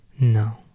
no